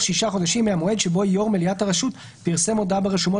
שישה חודשים מהמועד שבו יושב-ראש מליאת הרשות פרסם הודעה ברשומות